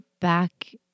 back